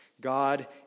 God